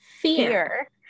fear